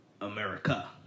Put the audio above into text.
America